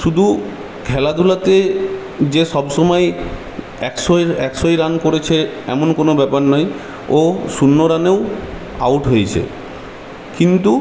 শুধু খেলাধুলাতে যে সবসময় একশোয় একশোই রান করেছে এমন কোনো ব্যাপার নেই ও শূন্য রানেও আউট হয়েছে কিন্তু